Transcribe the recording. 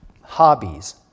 hobbies